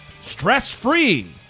stress-free